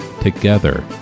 Together